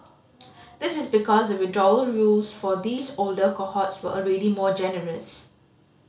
this is because the withdrawal rules for these older cohorts were already more generous